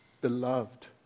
beloved